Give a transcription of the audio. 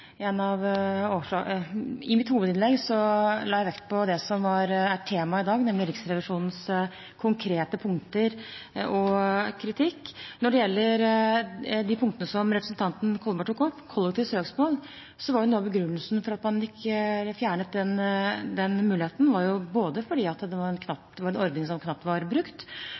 I mitt hovedinnlegg la jeg vekt på det som er temaet i dag, nemlig Riksrevisjonens konkrete punkter og kritikk. Når det gjelder de punktene som representanten Kolberg tok opp, kollektivt søksmål, var noe av begrunnelsen for at man fjernet den muligheten, at det var en ordning som knapt var brukt. I tillegg har det også en prinsipiell side at man kan gå til sak på vegne av noen som